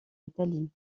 italie